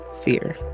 fear